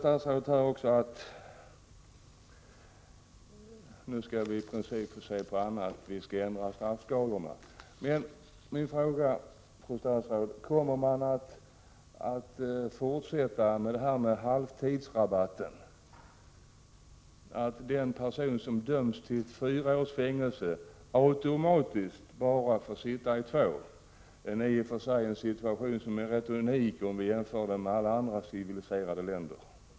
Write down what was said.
Statsrådet säger också att man skall försöka ändra straffskalorna. Då vill jag fråga fru statsrådet: Kommer man att fortsätta med ”halvtidsrabatten”, dvs. med att den person som dömts till fyra års fängelse automatiskt bara behöver sitta två? Det är en situation som är rätt unik i jämförelse med förhållandena i andra civiliserade länder.